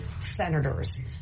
senators